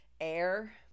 air